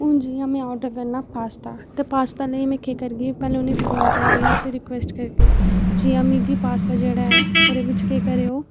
हून जियां मैं आर्डर करना पाश्ता ते पाश्ता नेईं मैं केह् करगी पैह्ले उ'नेंगी फोन करगी ते रिक्वेस्ट करगी जियां मिगी पाश्ता जेह्ड़ा ऐ ओह्दे बिच्च केह् करेओ